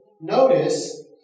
notice